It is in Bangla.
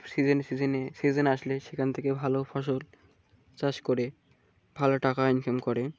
সিজনে সিজনে সিজন আসলে সেখান থেকে ভালো ফসল চাষ করে ভালো টাকা ইনকাম করে